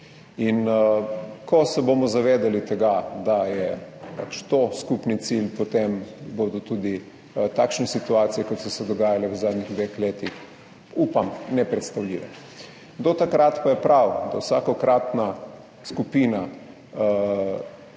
Ko se bomo zavedali tega, da je pač to skupni cilj, potem bodo tudi takšne situacije, kot so se dogajale v zadnjih dveh letih, upam, nepredstavljive. Do takrat pa je prav, da vsakokratna skupina,